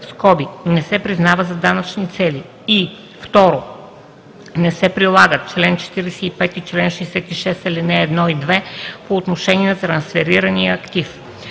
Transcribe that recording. (не се признава за данъчни цели), и 2. не се прилагат чл. 45 и чл. 66, ал. 1 и 2 по отношение на трансферирания актив.